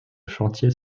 chantier